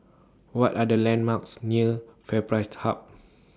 What Are The landmarks near FairPrice Hub